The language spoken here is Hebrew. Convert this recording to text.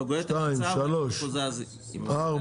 החוק עבר.